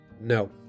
No